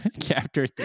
Chapter